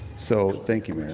so thank you,